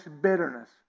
bitterness